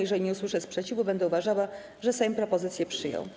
Jeżeli nie usłyszę sprzeciwu, będę uważała, że Sejm propozycję przyjął.